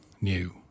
new